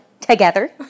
together